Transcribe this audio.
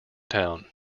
town